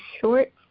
short